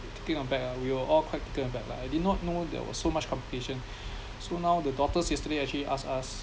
taken aback ah we were all quite taken aback lah I did not know there was so much complication so now the daughters yesterday actually ask us